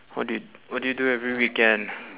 what do what do you do every weekend